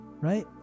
right